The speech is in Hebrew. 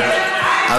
טוב.